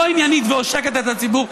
לא עניינית ועושקת את הציבור,